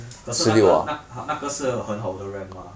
可是那个那那个是很好的 R_A_M lah